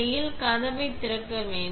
மேலும் கதவைத் திறக்க வேண்டும்